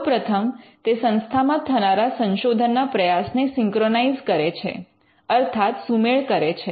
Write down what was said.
સૌપ્રથમ તે સંસ્થા મા કનારા સંશોધનના પ્રયાસને સિંક્રનાઇઝ કરે છે અર્થાત્ સુમેળ કરે છે